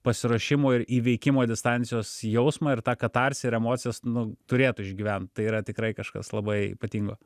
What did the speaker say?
pasiruošimo ir įveikimo distancijos jausmą ir tą katarsį ir emocijas nu turėtų išgyvent tai yra tikrai kažkas labai ypatingo